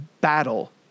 battle